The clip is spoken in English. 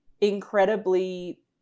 incredibly